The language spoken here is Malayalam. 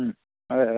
മ്മ് അതേ അതെ